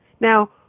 Now